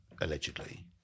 allegedly